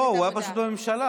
לא, הוא היה פשוט בממשלה.